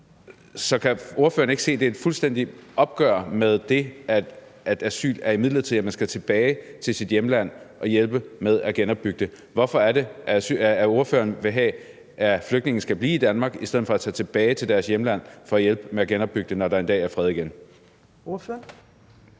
Så kan ordføreren ikke se, at det er et fuldstændigt opgør med det, at asyl er midlertidig, og at man skal tilbage til sit hjemland og hjælpe med at genopbygge det? Hvorfor vil ordføreren have, at flygtninge skal blive i Danmark i stedet for at tage tilbage til deres hjemland for at hjælpe med at genopbygge det, når der en dag er fred igen?